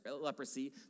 leprosy